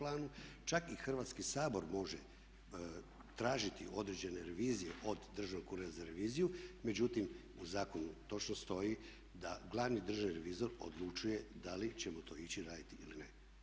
Čak i Hrvatski sabor može tražiti određene revizije od Državnog ureda za reviziju, međutim u zakonu točno stoji da glavni državni revizor odlučuje da li ćemo to ići raditi ili ne.